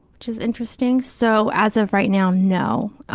which is interesting. so, as of right now, no.